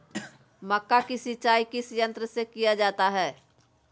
मक्का की सिंचाई किस यंत्र से किया जाता है?